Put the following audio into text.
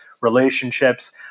relationships